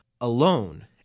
alone